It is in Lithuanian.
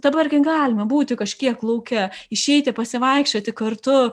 dabar galima būti kažkiek lauke išeiti pasivaikščioti kartu